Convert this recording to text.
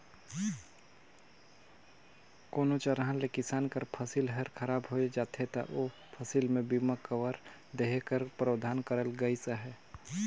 कोनोच अलहन ले किसान कर फसिल हर खराब होए जाथे ता ओ फसिल में बीमा कवर देहे कर परावधान करल गइस अहे